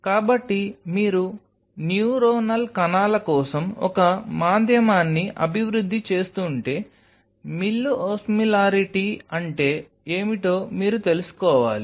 కాబట్టి మీరు న్యూరోనల్ కణాల కోసం ఒక మాధ్యమాన్ని అభివృద్ధి చేస్తుంటే మిల్లు ఓస్మోలారిటీ అంటే ఏమిటో మీరు తెలుసుకోవాలి